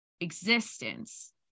existence